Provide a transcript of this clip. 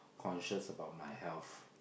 conscious about my health